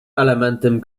elementem